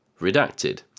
redacted